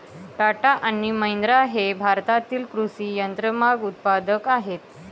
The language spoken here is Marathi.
टाटा आणि महिंद्रा हे भारतातील कृषी यंत्रमाग उत्पादक आहेत